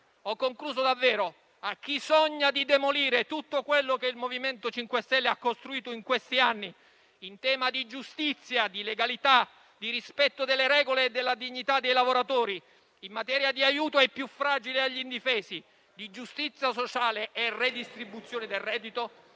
che costi. A chi sogna di demolire tutto quello che il MoVimento 5 Stelle ha costruito in questi anni in tema di giustizia, di legalità, di rispetto delle regole e della dignità dei lavoratori, in materia di aiuto ai più fragili e agli indifesi, di giustizia sociale e redistribuzione del reddito,